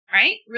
right